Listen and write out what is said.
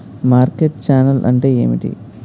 Market channel అంటే ఏమిటి?